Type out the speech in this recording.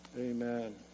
Amen